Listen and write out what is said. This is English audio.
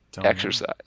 exercise